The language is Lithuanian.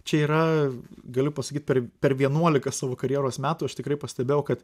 čia yra galiu pasakyt per per vienuolika savo karjeros metų aš tikrai pastebėjau kad